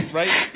right